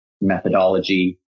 methodology